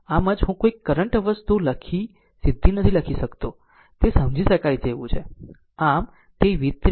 આમ જ હું કોઈ કરંટ વસ્તુ સીધી લખી નથી તે સમજી શકાય તેવું છે